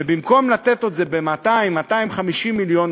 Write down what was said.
ובמקום לתת את זה ב-200 250 מיליון,